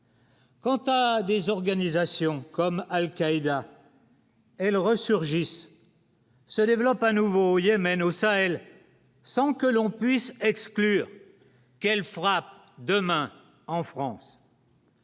Quant à des organisations comme Al-Qaïda. Elles ressurgissent. ça développe un nouveau Yémen au Sahel sans que l'on puisse exclure qu'elle fera demain en France.